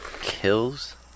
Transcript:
kills